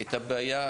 את הבעיה.